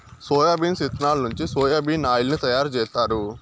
soybeans ఇత్తనాల నుంచి soya bean oil ను తయారు జేత్తారు